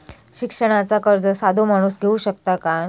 शिक्षणाचा कर्ज साधो माणूस घेऊ शकता काय?